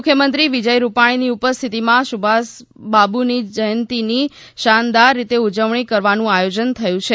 મુખ્યમંત્રી વિજય રૂપાણીની ઉપસ્થિતિમાં સુભાષબાબુની જયંતીની શાનદાર રીતે ઉજવણી કરવાનું આયોજન થયું છે